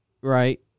right